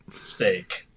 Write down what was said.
steak